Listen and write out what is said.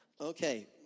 Okay